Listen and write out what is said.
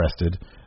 interested